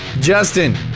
Justin